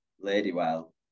Ladywell